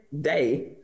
Day